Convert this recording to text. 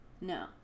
No